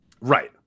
Right